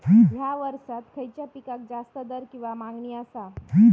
हया वर्सात खइच्या पिकाक जास्त दर किंवा मागणी आसा?